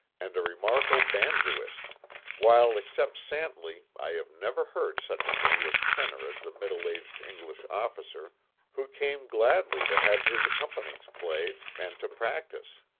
and a remarkable banjoist while except santley i have never heard such an english tenor as the middle-aged english officer who came gladly to have his accompaniments played and to practice.